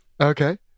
Okay